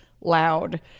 loud